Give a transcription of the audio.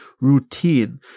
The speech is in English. routine